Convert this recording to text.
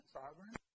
sovereign